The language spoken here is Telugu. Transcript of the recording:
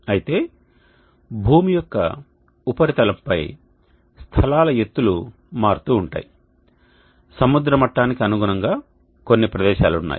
అయితే భూమి యొక్క ఉపరితలంపై స్థలాల ఎత్తులు మారుతూ ఉంటాయి సముద్ర మట్టానికి అనుగుణంగా కొన్ని ప్రదేశాలు ఉన్నాయి